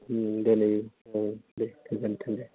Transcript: दिनै दे गोजोनथों